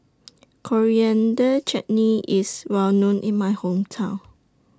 Coriander Chutney IS Well known in My Hometown